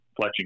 fletching